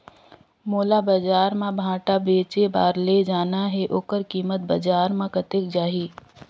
मोला बजार मां भांटा बेचे बार ले जाना हे ओकर कीमत बजार मां कतेक जाही?